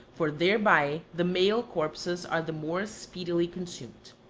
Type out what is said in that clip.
for thereby the male corpses are the more speedily consumed.